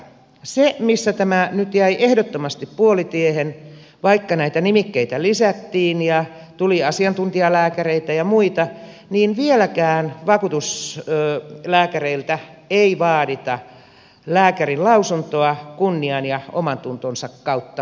se missä tämä nyt jäi ehdottomasti puolitiehen vaikka näitä nimikkeitä lisättiin ja tuli asiantuntijalääkäreitä ja muita on että vieläkään vakuutuslääkäreiltä ei vaadita lääkärinlausuntoa kunnian ja omantunnon kautta vakuutettuna